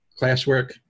Classwork